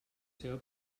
seva